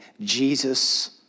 Jesus